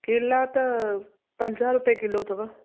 केला त पंजाह रुपए किलो अथव